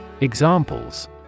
Examples